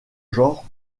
genre